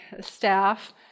staff